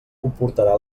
comportarà